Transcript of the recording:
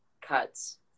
cuts